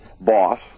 boss